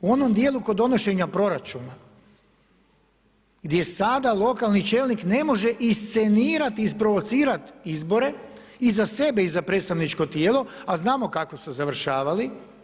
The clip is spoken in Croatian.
U onom dijelu kod donošenja proračuna gdje sada lokalni čelnik ne može iscenirati, isprovocirati izbore i za sebe i za predstavničko tijelo, a znamo kako su završavali.